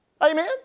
Amen